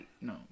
no